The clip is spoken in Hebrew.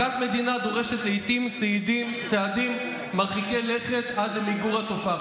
מכת מדינה דורשת לעיתים צעדים מרחיקי לכת עד למיגור התופעה.